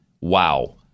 wow